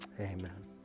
amen